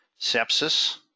sepsis